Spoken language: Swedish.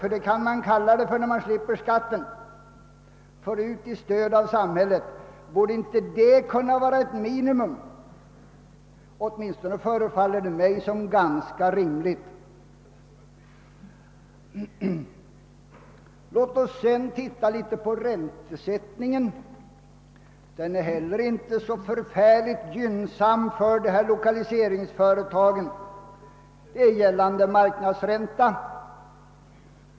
Att slippa betala skatt kan ju betraktas som en form av stöd. Åtminstone förefaller det mig som om detta krav vore ganska rimligt. Låt oss sedan se på räntesättningen, som inte heller den är så särskilt gynnsam för lokaliseringsföretagen. De får betala gällande marknadsränta.